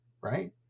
right